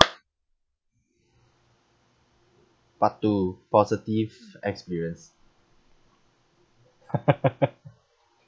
part two positive experience